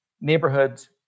neighborhoods